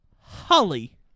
Holly